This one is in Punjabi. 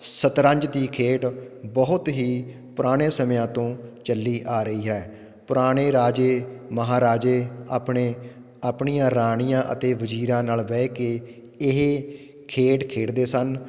ਸ਼ਤਰੰਜ ਦੀ ਖੇਡ ਬਹੁਤ ਹੀ ਪੁਰਾਣੇ ਸਮਿਆਂ ਤੋਂ ਚੱਲੀ ਆ ਰਹੀ ਹੈ ਪੁਰਾਣੇ ਰਾਜੇ ਮਹਾਰਾਜੇ ਆਪਣੇ ਆਪਣੀਆਂ ਰਾਣੀਆਂ ਅਤੇ ਵਜ਼ੀਰਾਂ ਨਾਲ ਬਹਿ ਕੇ ਇਹ ਖੇਡ ਖੇਡਦੇ ਸਨ